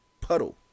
puddle